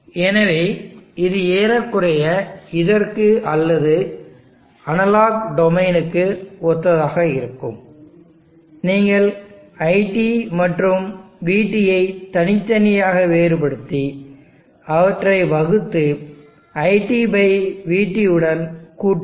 எனவே இது ஏறக்குறைய இதற்கு அல்லது அனலாக் டொமைன்னுக்கு ஒத்ததாக இருக்கும் நீங்கள் iT மற்றும் vTயை தனித்தனியாக வேறுபடுத்தி அவற்றை வகுத்து iTvT உடன் கூட்டவும்